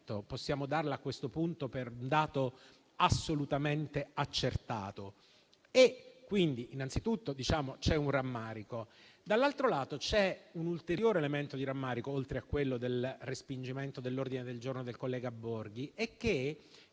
possiamo, a questo punto, considerarla un dato assolutamente accertato. C'è quindi innanzitutto un rammarico. Dall'altro lato, c'è un ulteriore elemento di rammarico, oltre a quello per il respingimento dell'ordine del giorno del collega Borghi, perché